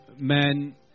men